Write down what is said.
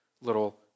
little